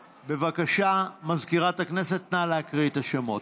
בבקשה, מזכירת הכנסת, נא להקריא את השמות.